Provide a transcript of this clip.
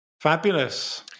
Fabulous